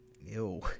Ew